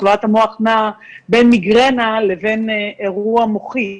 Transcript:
שתחלואת המוח נעה בין מיגרנה לבין אירוע מוחי,